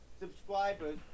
subscribers